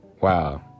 wow